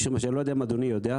אני לא יודע אם אדוני יודע,